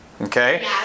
okay